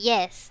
Yes